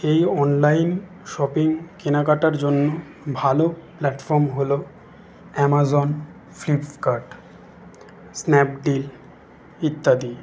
এই online shopping কেনাকাটার জন্য ভালো প্লাটফর্ম হলো অ্যামাজন ফ্লিপকার্ট স্ন্যাপডিল ইত্যাদি